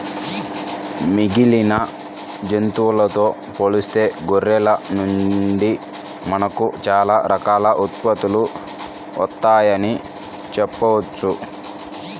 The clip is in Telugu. మిగిలిన జంతువులతో పోలిస్తే గొర్రెల నుండి మనకు చాలా రకాల ఉత్పత్తులు వత్తయ్యని చెప్పొచ్చు